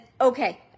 okay